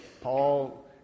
Paul